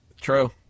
True